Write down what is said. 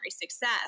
success